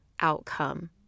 outcome